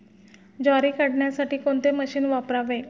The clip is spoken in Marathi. ज्वारी काढण्यासाठी कोणते मशीन वापरावे?